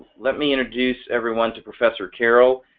let me introduce everyone to professor carol